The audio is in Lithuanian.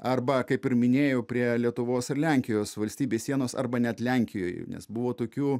arba kaip ir minėjau prie lietuvos ir lenkijos valstybės sienos arba net lenkijoj nes buvo tokių